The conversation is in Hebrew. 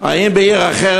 האם בעיר אחרת,